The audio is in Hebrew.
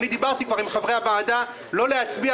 אני דיברתי כבר עם חברי הוועדה וביקשתי מהם שלא להצביע